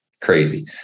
crazy